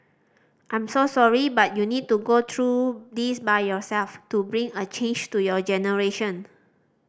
I'm so sorry but you need to go through this by yourself to bring a change to your generation